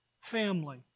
family